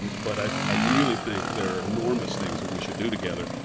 but i really think there are enormous things that we should do together,